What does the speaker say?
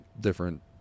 different